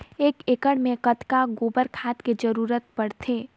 एक एकड़ मे कतका गोबर खाद के जरूरत पड़थे?